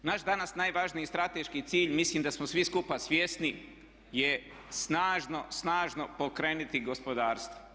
Naš danas najvažniji strateški cilj mislim da smo svi skupa svjesni je snažno pokrenuti gospodarstvo.